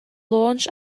launch